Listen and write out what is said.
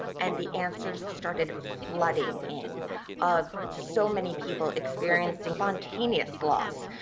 and the answers started flooding in of so many people experiencing spontaneous loss,